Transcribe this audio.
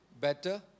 better